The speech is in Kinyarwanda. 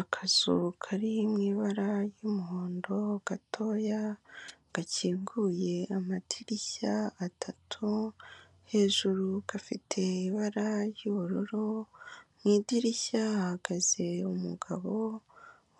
Akazu kari mu ibara ry'umuhondo gatoya, gakinguye amadirishya atatu, hejuru gafite ibara ry'ubururu, mu idirishya hahagaze umugabo